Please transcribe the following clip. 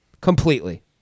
Completely